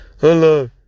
Hello